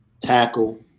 Tackle